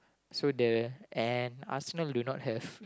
so the and Arsenal do not have